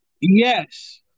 Yes